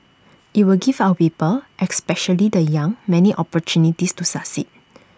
IT will give our people especially the young many opportunities to succeed